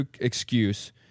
excuse